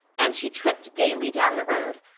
and she tripped gaily down the road,